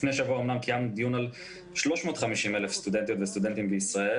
אמנם לפני שבוע קיימנו דיון על 350,000 סטודנטים וסטודנטיות בישראל